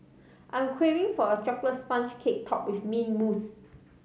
I am craving for a chocolate sponge cake topped with mint mousse